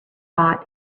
bought